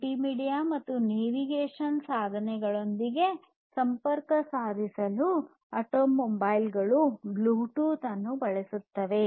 multimedia ಮತ್ತು navigation ಸಾಧನಗಳೊಂದಿಗೆ ಸಂಪರ್ಕ ಸಾಧಿಸಲು ಆಟೋಮೊಬೈಲ್ ಗಳು ಬ್ಲೂಟೂತ್ ಅನ್ನು ಬಳಸುತ್ತವೆ